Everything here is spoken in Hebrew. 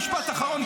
משפט אחרון,